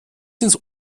ins